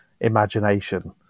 imagination